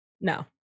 no